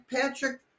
patrick